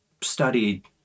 studied